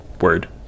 word